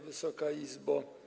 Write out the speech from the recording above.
Wysoka Izbo!